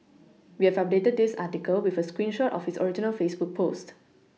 we have updated this article with a screen shot of his original Facebook post